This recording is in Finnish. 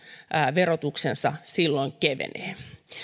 verotuksensa silloin kevenee